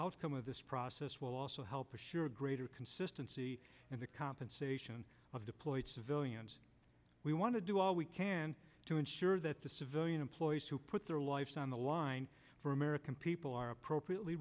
outcome of this process will also help assure greater consistency in the compensation of deployed civilians we want to do all we can to ensure that the civilian employees who put their lives on the line for american people are appropriately